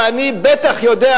ואני בטח יודע,